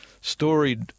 storied